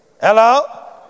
Hello